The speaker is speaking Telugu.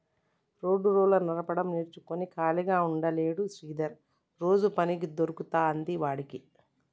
రోడ్డు రోలర్ నడపడం నేర్చుకుని ఖాళీగా ఉంటలేడు శ్రీధర్ రోజు పని దొరుకుతాంది వాడికి